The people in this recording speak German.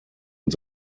und